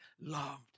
loved